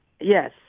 yes